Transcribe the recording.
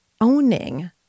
owning